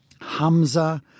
Hamza